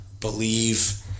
Believe